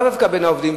לאו דווקא בין העובדים,